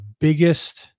biggest